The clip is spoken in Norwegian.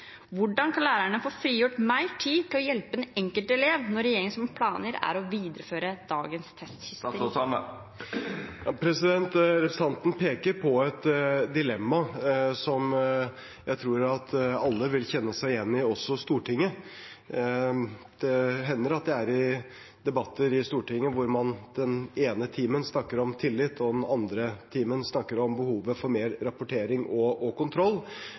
Hvordan kan lærerne få frigitt mer tid til å hjelpe den enkelte elev når regjeringens planer er å videreføre dagens testsystemer? Representanten peker på et dilemma som jeg tror alle vil kjenne seg igjen i – også Stortinget. Det hender at jeg er i debatter i Stortinget hvor man den ene timen snakker om tillit og den andre timen om behovet for mer rapportering og kontroll.